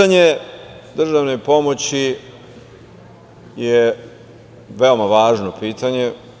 Pitanje državne pomoći je veoma važno pitanje.